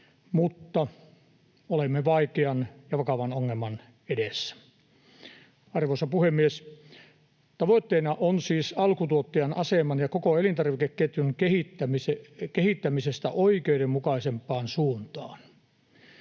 mutta olemme vaikean ja vakavan ongelman edessä. Arvoisa puhemies! Tavoitteena on siis alkutuottajan aseman ja koko elintarvikeketjun kehittäminen oikeudenmukaisempaan suuntaan.